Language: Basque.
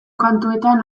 kantuetan